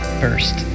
first